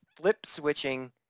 flip-switching